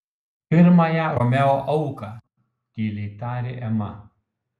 pirmąją romeo auką tyliai tarė ema